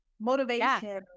motivation